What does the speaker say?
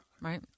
Right